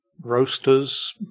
roasters